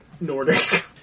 Nordic